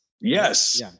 Yes